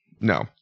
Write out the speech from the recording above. No